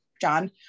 John